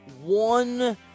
one